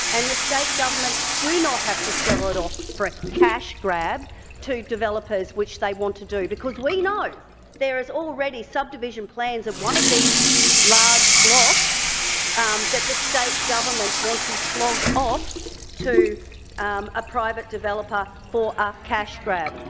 and the state government do not have to sell it off for a cash grab to developers which they want to do. because we know there is already subdivision plans of one of these blocks that the state government want to flog off to um a private developer for a cash grab.